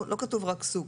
לא כתוב רק סוג,